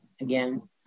again